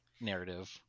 Narrative